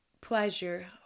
pleasure